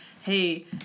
Hey